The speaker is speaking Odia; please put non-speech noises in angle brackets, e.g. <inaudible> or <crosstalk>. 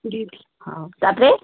<unintelligible> ହଁ ପାଟିରେ